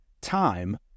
Time